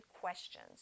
questions